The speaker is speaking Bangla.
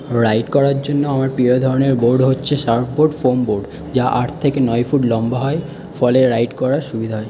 রাইড করার জন্য আমার প্রিয় ধরনের বোর্ড হচ্ছে সার্ফ বোর্ড ফোম বোর্ড যা আট থেকে নয় ফুট লম্বা হয় ফলে রাইড করার সুবিধা হয়